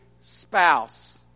spouse